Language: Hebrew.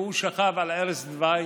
והוא שכב על ערש דווי